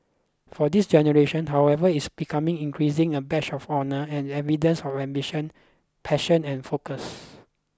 for this generation however it is becoming increasing a badge of honour and evidence of ambition passion and focus